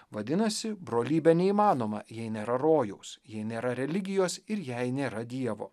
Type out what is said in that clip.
vadinasi brolybė neįmanoma jei nėra rojaus jei nėra religijos ir jei nėra dievo